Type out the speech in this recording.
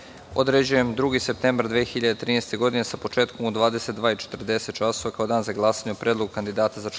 određujem 2. septembar 2013. godine, sa početkom u 22,40 časova kao dan za glasanje o predlogu kandidata za članove